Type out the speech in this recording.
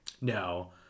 No